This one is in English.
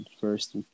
first